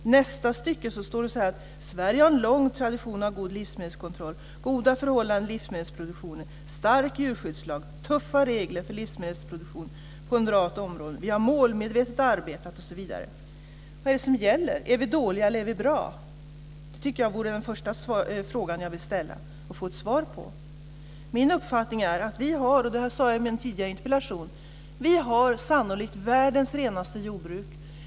I nästa stycke står det: Sverige har en lång tradition av god livsmedelskontroll, goda förhållanden i livsmedelsproduktionen, stark djurskyddslag och tuffa regler för livsmedelsproduktion på en rad områden. Vi har målmedvetet arbetat, osv. Vad är det som gäller? Är vi dåliga eller är vi bra? Det är den första fråga jag vill ställa och få ett svar på. Min uppfattning är, som jag sade i den tidigare interpellationsdebatten, att vi sannolikt har världens renaste jordbruk.